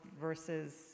versus